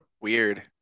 Weird